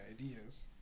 ideas